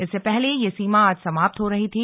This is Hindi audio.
इससे पहले यह सीमा आज समाप्त हो रही थी